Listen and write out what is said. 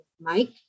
mike